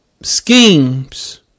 schemes